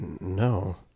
no